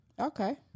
Okay